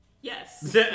Yes